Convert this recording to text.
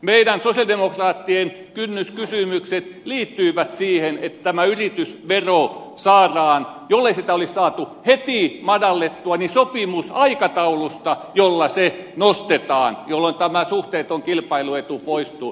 meidän sosialidemokraattien kynnyskysymykset liittyivät siihen että jollei tätä yritysveroa olisi saatu heti nostettua saadaan sopimus aikataulusta jolla se nostetaan jolloin tämä suhteeton kilpailuetu poistuu